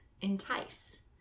entice